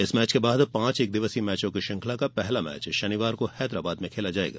इसके बाद पांच एकदिवसीय मैचों की श्रृंखला का पहला मैच शनिवार को हैदराबाद में खेला जाएगा